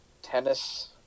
Tennis